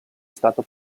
stato